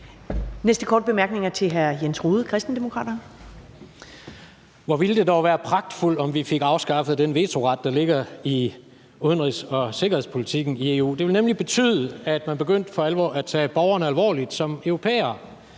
næste korte bemærkning er til hr. Jens Rohde, Kristendemokraterne. Kl. 14:41 Jens Rohde (KD): Hvor ville det dog være pragtfuldt, om vi fik afskaffet den vetoret, der ligger i udenrigs- og sikkerhedspolitikken i EU. Det ville nemlig betyde, at man begyndte for alvor at tage borgerne alvorligt som europæere